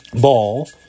Ball